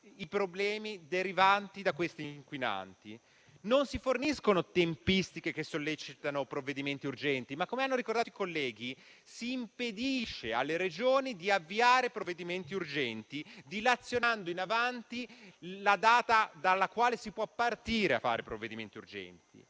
i problemi derivanti da questi inquinanti; non si forniscono tempistiche che sollecitano provvedimenti urgenti; come hanno ricordato i colleghi, si impedisce alle Regioni di avviare provvedimenti urgenti, dilazionando in avanti la data dalla quale si può partire per fare provvedimenti urgenti;